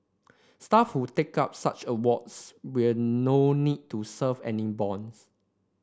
staff who take up such awards will no need to serve any bonds